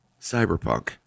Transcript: cyberpunk